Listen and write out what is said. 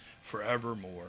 forevermore